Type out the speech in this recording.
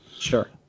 sure